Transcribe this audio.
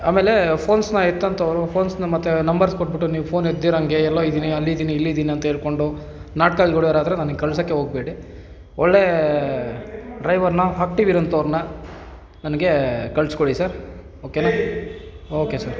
ಆಮೇಲೆ ಫೋನ್ಸನ್ನ ಎತ್ತೊಂಥವರು ಫೋನ್ಸನ್ನ ಮತ್ತೆ ನಂಬರ್ಸ್ ಕೊಟ್ಟುಬಿಟ್ಟು ನೀವು ಫೋನ್ ಎತ್ದಿರಂಗೆ ಎಲ್ಲೋ ಇದ್ದೀನಿ ಅಲ್ಲಿದ್ದೀನಿ ಇಲ್ಲಿದ್ದೀನಿ ಅಂತ ಹೇಳ್ಕೊಂಡು ನಾಟ್ಕಗಳು ಯಾರಾದರೆ ನನಗೆ ಕಳ್ಸೋಕ್ಕೇ ಹೋಗ್ಬೇಡಿ ಒಳ್ಳೆಯ ಡ್ರೈವರನ್ನ ಆ್ಯಕ್ಟಿವ್ ಇರೋಂಥವ್ರನ್ನ ನನಗೆ ಕಳಿಸ್ಕೊಡಿ ಸರ್ ಓಕೆನ ಓಕೆ ಸರ್